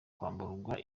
kwambura